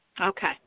Okay